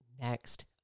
next